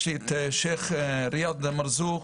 יש את השייח' ריאד מרזוק,